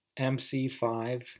mc5